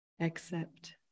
Accept